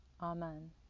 Amen